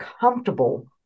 comfortable